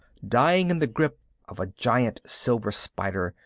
dying in the grip of a giant silver spider,